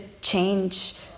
change